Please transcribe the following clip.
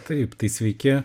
taip tai sveiki